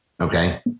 Okay